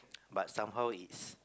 but somehow it's